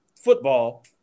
football